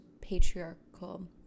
patriarchal